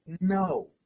no